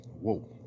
Whoa